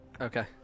Okay